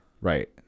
right